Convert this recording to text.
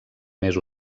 més